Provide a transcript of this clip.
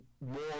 more